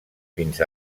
fins